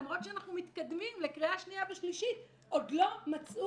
למרות שאנחנו מתקדמים לקריאה שנייה ושלישית עוד לא מצאו